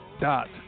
dot